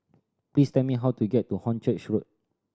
please tell me how to get to Hornchurch Road